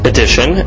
Edition